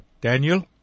Daniel